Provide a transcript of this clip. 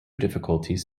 difficulties